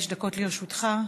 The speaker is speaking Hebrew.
חמש דקות לרשותך.